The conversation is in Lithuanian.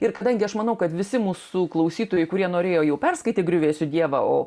ir kadangi aš manau kad visi mūsų klausytojai kurie norėjo jau perskaitė griuvėsių dievą o